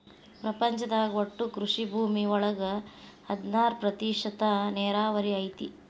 ಪ್ರಪಂಚದಾಗ ಒಟ್ಟು ಕೃಷಿ ಭೂಮಿ ಒಳಗ ಹದನಾರ ಪ್ರತಿಶತಾ ನೇರಾವರಿ ಐತಿ